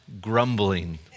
grumbling